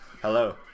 hello